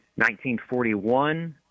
1941